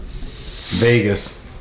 Vegas